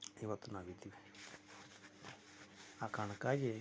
ಇವತ್ತು ನಾವಿದ್ದೀವಿ ಆ ಕಾರಣಕ್ಕಾಗಿ